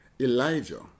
Elijah